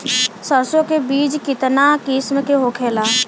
सरसो के बिज कितना किस्म के होखे ला?